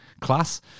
class